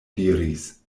diris